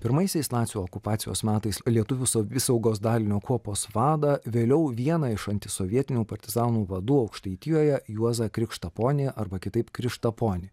pirmaisiais nacių okupacijos metais lietuvių savisaugos dalinio kuopos vadą vėliau vieną iš antisovietinių partizanų vadų aukštaitijoje juozą krikštaponį arba kitaip krištaponį